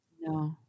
No